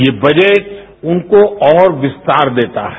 ये बजट उनको और विस्तार देता है